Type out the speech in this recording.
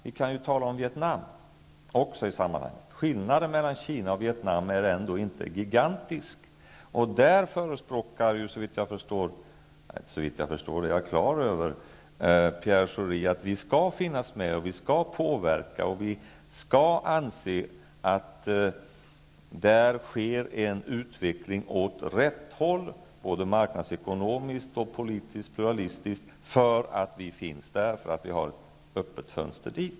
Vi kan i det här sammanhanget också tala om Vietnam. Skillnaden mellan Kina och Vietnam är inte gigantisk. När det gäller Vietnam förespråkar Pierre Schori att vi skall finnas med och påverka och att vi skall anse att det sker en utveckling åt rätt håll, både marknadsekonomiskt och politiskt-pluralistiskt, så att vi skall ha ett öppet fönster.